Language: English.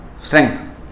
strength